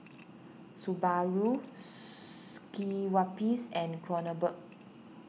Subaru Schweppes and Kronenbourg